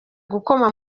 gukoma